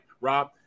Rob